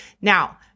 Now